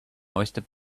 oyster